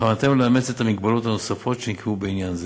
בכוונתנו לאמץ את המגבלות הנוספות שנקבעו בעניין זה.